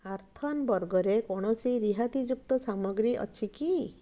earth ଅନ୍ ବର୍ଗରେ କୌଣସି ରିହାତିଯୁକ୍ତ ସାମଗ୍ରୀ ଅଛି କି